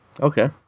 Okay